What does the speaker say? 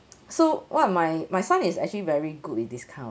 so what my my son is actually very good with this kind of